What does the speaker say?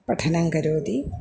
पठनं करोति